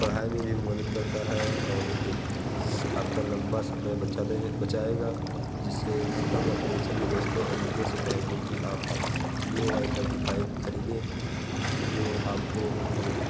पढ़ाई में भी मदद करता है और एक आप का लंबा समय बचाता है बचाएगा जिससे से हम अपने सभी दोस्तों औ मित्रों से कहेंगे कि आप वीओ वाई थर्टी फाइव ख़रीदें जो आप को एक